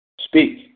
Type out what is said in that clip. Speak